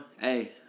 Hey